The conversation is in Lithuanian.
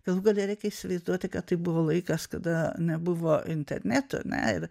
ilgai nereikia įsivaizduoti kad tai buvo laikas kada nebuvo internetoar ne ir